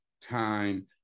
time